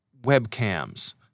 webcams